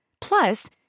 Plus